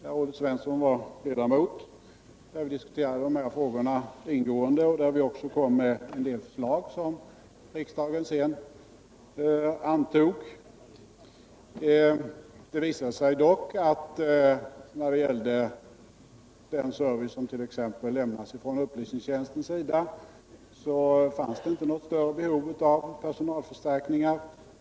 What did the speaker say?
Olle Svensson var ledamot av den. Där diskuterades dessa frågor ingående, och vi lade också fram en del förslag som riksdagen sedan antog. Det visade sig emellertid att det exempelvis på upplysningstjänsten vid det tillfället inte fanns något större behov av personalförstärkningar.